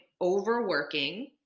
overworking